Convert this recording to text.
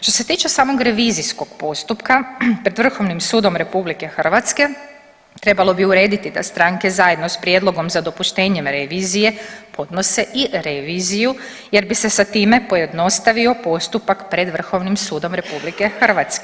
Što se tiče samog revizijskog postupka pred Vrhovnim sudom RH trebalo bi urediti da stranke zajedno s prijedlogom za dopuštenjem revizije podnose i reviziju jer bi se sa time pojednostavio postupak pred Vrhovnim sudom RH.